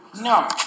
No